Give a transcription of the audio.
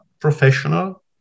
professional